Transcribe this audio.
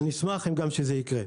אשמח שזה יקרה.